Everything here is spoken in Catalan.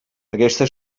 aquesta